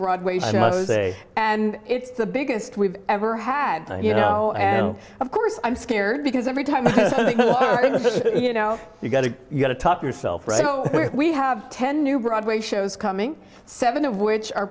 broadway shows a and it's the biggest we've ever had you know and of course i'm scared because every time you know you've got to you've got to top yourself we have ten new broadway shows coming seven of which are